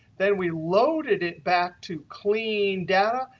then we loaded it back to clean data.